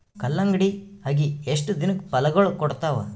ಕಲ್ಲಂಗಡಿ ಅಗಿ ಎಷ್ಟ ದಿನಕ ಫಲಾಗೋಳ ಕೊಡತಾವ?